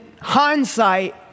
hindsight